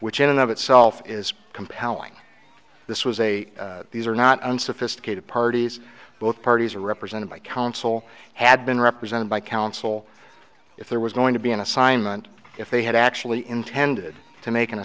which in and of itself is compelling this was a these are not unsophisticated parties both parties are represented by counsel had been represented by counsel if there was going to be an assignment if they had actually intended to make an